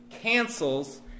cancels